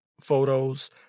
photos